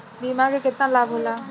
बीमा के केतना लाभ होला?